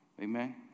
Amen